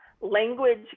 language